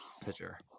pitcher